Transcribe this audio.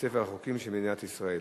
לספר החוקים של מדינת ישראל.